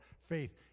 faith